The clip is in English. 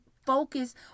focus